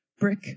brick